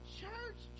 church